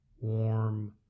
warm